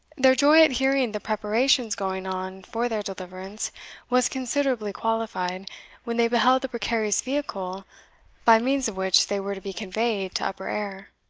their joy at hearing the preparations going on for their deliverance was considerably qualified when they beheld the precarious vehicle by means of which they were to be conveyed to upper air.